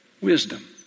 wisdom